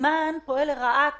והזמן פועל לרעת